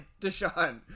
Deshaun